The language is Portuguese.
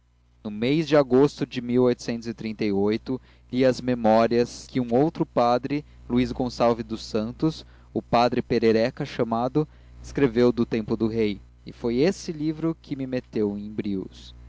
no mês de agosto de e as memórias que outro padre luís gonçalves dos santos o padre perereca chamado escreveu do tempo do rei e foi esse livro que me meteu em brios